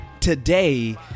Today